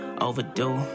Overdue